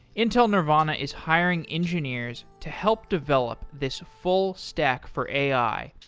intel nervana is hiring engineers to help develop this full stack for ai,